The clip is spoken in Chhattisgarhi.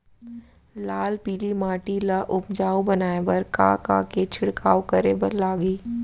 लाल पीली माटी ला उपजाऊ बनाए बर का का के छिड़काव करे बर लागही?